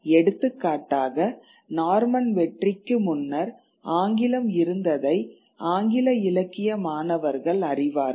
எடுத்துக்காட்டாக நார்மன் வெற்றிக்கு முன்னர் ஆங்கிலம் இருந்ததை ஆங்கில இலக்கிய மாணவர்கள் அறிவார்கள்